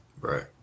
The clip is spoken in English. Right